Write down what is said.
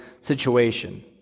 situation